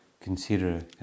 consider